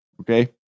Okay